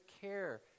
care